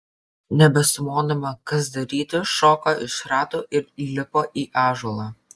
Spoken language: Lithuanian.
nebesumodama kas daryti šoko iš ratų ir įlipo į ąžuolą